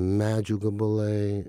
medžių gabalai